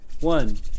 one